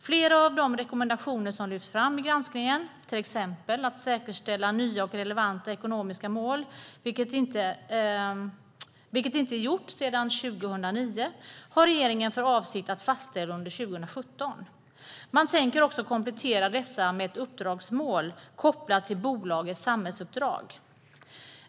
Flera av de rekommendationer som lyfts fram i granskningen, till exempel att säkerställa nya och relevanta ekonomiska mål, vilket inte är gjort sedan 2009, har regeringen för avsikt att fastställa under 2017. Man tänker också komplettera dessa med ett uppdragsmål kopplat till bolagets samhällsuppdrag.